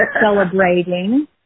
celebrating